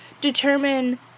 determine